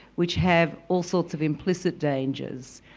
which have all sorts of implicit dangers,